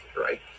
Right